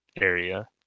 area